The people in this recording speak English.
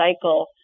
cycle